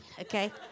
okay